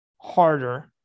harder